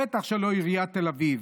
בטח שלא עיריית תל אביב.